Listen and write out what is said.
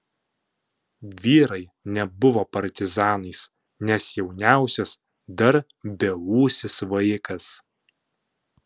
vyrai nebuvo partizanais nes jauniausias dar beūsis vaikas